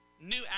new